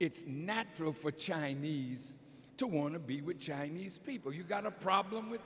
it's natural for chinese to want to be with chinese people you've got a problem with